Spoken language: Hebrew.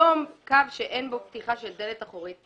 היום קו שאין בו פתיחה של דלת אחורית,